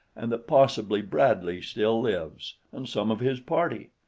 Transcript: and that possibly bradley still lives, and some of his party!